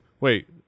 wait